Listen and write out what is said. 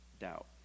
doubt